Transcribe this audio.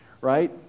right